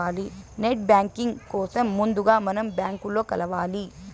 net banking కోసం ముందుగా మనం బ్యాంకులో కలవాలి